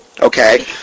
okay